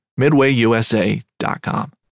MidwayUSA.com